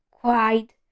cried